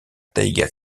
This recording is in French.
taïga